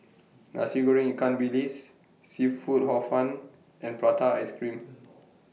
Nasi Goreng Ikan Bilis Seafood Hor Fun and Prata Ice Cream